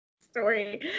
Story